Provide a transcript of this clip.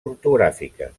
ortogràfiques